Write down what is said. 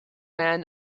man